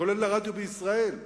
גם לרדיו בישראל,